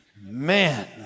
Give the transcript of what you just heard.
Man